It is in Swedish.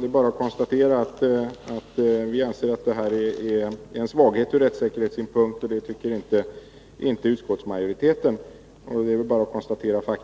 Det är bara att konstatera faktum, att vi anser att detta innebär en svaghet ur rättssäkerhetssynpunkt och att utskottsmajoriteten inte gör det.